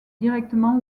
directement